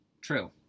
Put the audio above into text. true